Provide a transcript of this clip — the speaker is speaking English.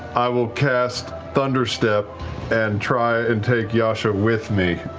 i will cast thunder step and try and take yasha with me.